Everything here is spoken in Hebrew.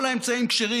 כל האמצעים כשרים.